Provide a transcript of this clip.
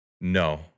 No